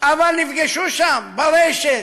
אבל נפגשו שם ברשת,